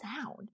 sound